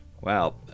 Wow